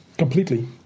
Completely